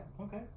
Okay